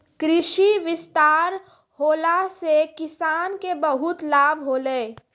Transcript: कृषि विस्तार होला से किसान के बहुते लाभ होलै